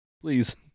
please